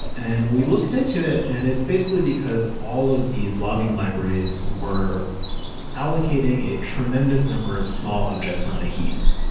and we looked into it and it's basically because all of these logging libraries were allocating a tremendous number of small objects on the heap.